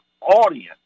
audience